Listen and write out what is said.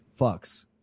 fucks